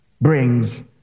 brings